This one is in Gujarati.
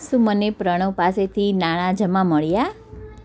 શું મને પ્રણવ પાસેથી નાણાં જમા મળ્યાં